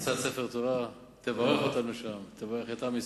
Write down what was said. תברך את עם ישראל.